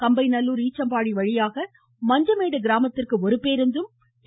கம்பை நல்லூர் ஈச்சம்பாடி வழியாக மஞ்சமேடு கிராமத்திற்கு ஒருபேருந்தும் டி